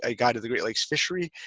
a guide to the great lakes fishery,